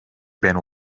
ben